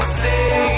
say